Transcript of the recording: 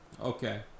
okay